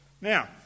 Now